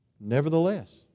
Nevertheless